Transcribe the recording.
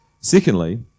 Secondly